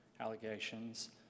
allegations